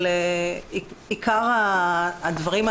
ודבר שני, הם בגירים.